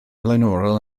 flaenorol